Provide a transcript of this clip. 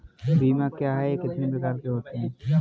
बीमा क्या है यह कितने प्रकार के होते हैं?